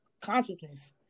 consciousness